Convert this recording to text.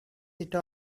talks